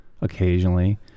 occasionally